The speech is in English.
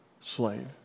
slave